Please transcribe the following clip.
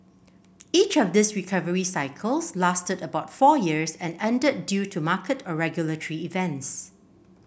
each of these recovery cycles lasted about four years and ended due to market or regulatory events